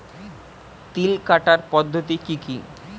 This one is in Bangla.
তিল কাটার পদ্ধতি কি কি?